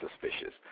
suspicious